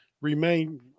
remain